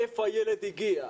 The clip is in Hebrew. באיפה הילד הגיע?